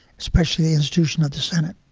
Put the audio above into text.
especially the institution of the senate.